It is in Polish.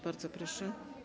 Bardzo proszę.